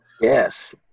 Yes